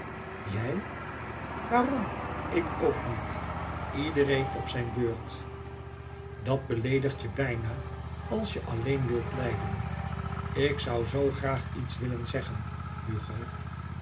jij waarom ik ook niet iedereen op zijn beurt dat beleedigt je bijna als je alléen wilt lijden ik zoû zoo graag iets willen zeggen hugo